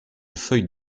feuille